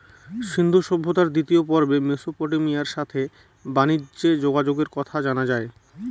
সিন্ধু সভ্যতার দ্বিতীয় পর্বে মেসোপটেমিয়ার সাথে বানিজ্যে যোগাযোগের কথা জানা যায়